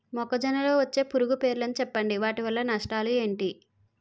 మొక్కజొన్న లో వచ్చే పురుగుల పేర్లను చెప్పండి? వాటి వల్ల నష్టాలు ఎంటి?